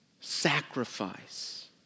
sacrifice